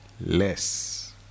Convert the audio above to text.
less